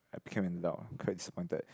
I became an adult quite disappointed